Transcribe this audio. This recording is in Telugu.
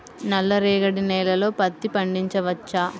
నల్ల రేగడి నేలలో పత్తి పండించవచ్చా?